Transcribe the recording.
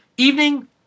evening